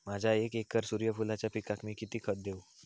माझ्या एक एकर सूर्यफुलाच्या पिकाक मी किती खत देवू?